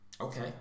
Okay